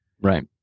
Right